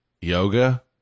yoga